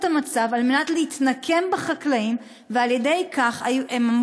גם טיפול לא נכון במלאי האגסים במחסני הקירור הותיר את